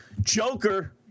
Joker